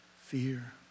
fear